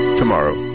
tomorrow